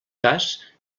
cas